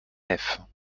nefs